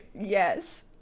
Yes